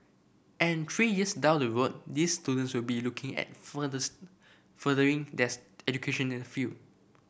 and three years down the road these students will be looking at furthering their education in the field